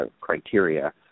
criteria